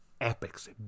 epics